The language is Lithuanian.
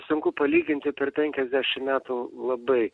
sunku palyginti per penkiasdešimt metų labai